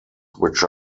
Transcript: which